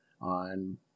on